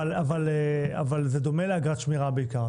אבל זה דומה לאגרת שמירה בעיקר,